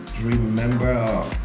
remember